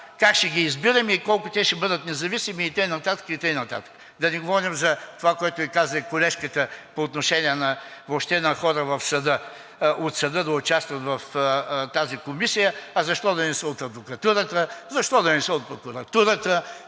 как ще ги избираме и колко те ще бъде бъдат независими и така нататък, и така нататък. Да не говорим и за това, което Ви каза колежка по отношение въобще на хора в съда – от съда да участват в тази комисия, а защо да не са от адвокатурата, защо да не са от прокуратурата?